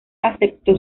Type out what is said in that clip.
aceptó